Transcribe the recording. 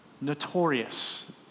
notorious